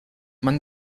man